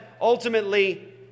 ultimately